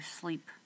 sleep